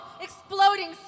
exploding